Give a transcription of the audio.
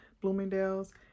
Bloomingdale's